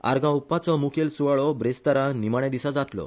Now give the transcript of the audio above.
आर्गा ओपपाचो मुखेल सुवाळो ब्रेस्तारा निमाणे दिसा जातलो